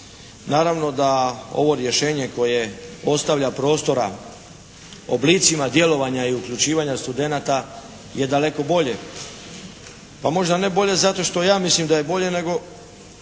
Naravno da ovo rješenje koje ostavlja prostora oblicima djelovanja i uključivanja studenata je daleko bolje. Pa možda ne bolje zato što ja mislim da je bolje nego